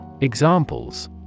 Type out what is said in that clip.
Examples